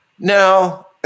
Now